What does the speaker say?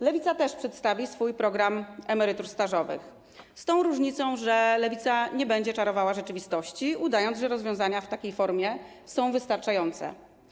Lewica też przedstawi swój program emerytur stażowych, z tą różnicą, że Lewica nie będzie czarowała rzeczywistości, udając, że rozwiązania w takiej formie są wystarczające.